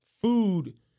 food